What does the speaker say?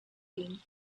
been